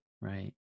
Right